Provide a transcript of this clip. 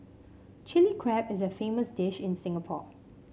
Chilli Crab is a famous dish in Singapore